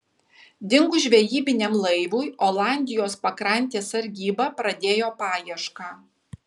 dingus žvejybiniam laivui olandijos pakrantės sargyba pradėjo paiešką